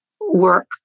work